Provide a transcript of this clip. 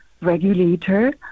regulator